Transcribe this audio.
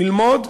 ללמוד,